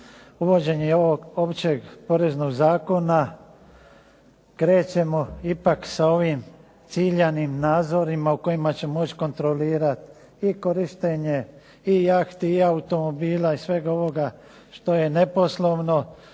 uvođenje i ovog Općeg poreznog zakona. Krećemo ipak sa ovim ciljanim nadzorima u kojima ćemo moći kontrolirat i korištenje i jahti i automobila i svega ovoga što je neposlovno,